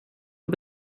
att